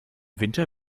winter